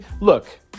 look